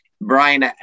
Brian